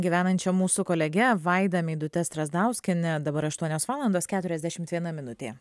gyvenančia mūsų kolege vaida meidute strazdauskiene dabar aštuonios valandos keturiasdešimt viena minutė